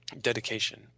dedication